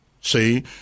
see